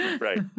Right